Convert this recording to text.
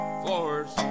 floors